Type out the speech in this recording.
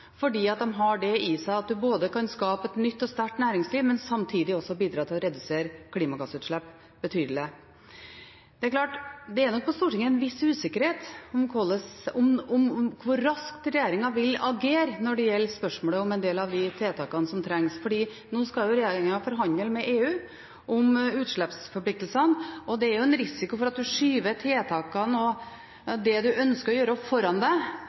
har det i seg at en både kan skape et nytt og sterkt næringsliv, men samtidig også bidra til å redusere klimagassutslipp betydelig. Det er klart at det på Stortinget er en viss usikkerhet om hvor raskt regjeringen vil agere når det gjelder spørsmålet om en del av de tiltakene som trengs, for nå skal regjeringen forhandle med EU om utslippsforpliktelsene. Det er en risiko for at en skyver tiltakene og det en ønsker å gjøre, foran